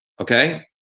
Okay